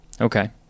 Okay